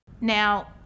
Now